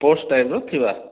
sports ଟାଇପ୍ର ଥିବା